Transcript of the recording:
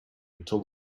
until